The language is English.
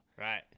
right